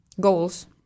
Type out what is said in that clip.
goals